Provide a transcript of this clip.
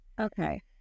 Okay